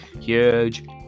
huge